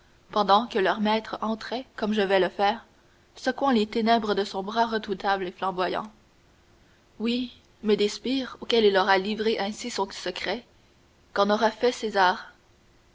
pendant que leur maître entrait comme je vais le faire secouant les ténèbres de son bras redoutable et flamboyant oui mais des sbires auxquels il aura livré ainsi son secret qu'en aura fait césar